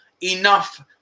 enough